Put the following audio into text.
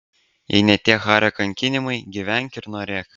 jei ne tie hario kankinimai gyvenk ir norėk